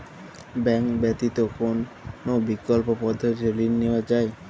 Bank ব্যতিত কোন বিকল্প পদ্ধতিতে ঋণ নেওয়া যায়?